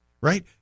right